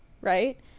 right